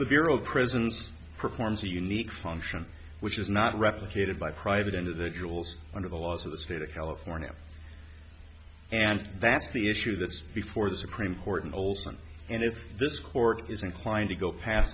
of prisons performs a unique function which is not replicated by private individuals under the laws of the state of california and that's the issue that's before the supreme court and olson and if this court is inclined to go past